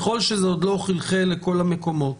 ככל שזה עוד לא חלחל לכל המקומות,